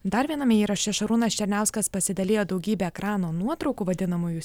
dar viename įraše šarūnas černiauskas pasidalijo daugybe ekrano nuotraukų vadinamųjų